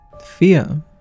Fear